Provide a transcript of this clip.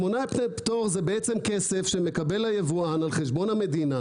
שמונה ימי פטור זה כסף שמקבל היבואן על חשבון המדינה